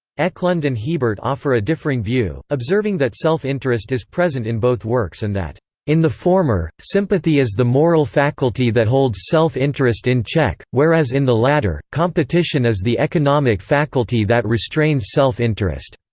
ekelund and hebert offer a differing view, observing that self-interest is present in both works and that in the former, sympathy is the moral faculty that holds self-interest in check, whereas in the latter, competition is the economic faculty that restrains self-interest.